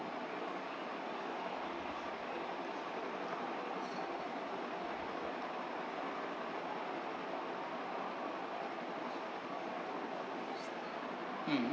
mm